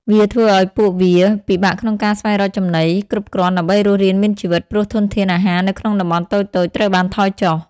វាធ្វើឲ្យពួកវា ពិបាកក្នុងការស្វែងរកចំណី គ្រប់គ្រាន់ដើម្បីរស់រានមានជីវិត ព្រោះធនធានអាហារនៅក្នុងតំបន់តូចៗត្រូវបានថយចុះ។